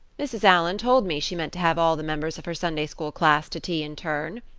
mrs. allan told me she meant to have all the members of her sunday-school class to tea in turn,